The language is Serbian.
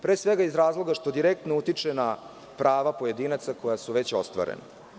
Pre svega iz razloga što direktno utiče na prava pojedinaca koja su već ostvarena.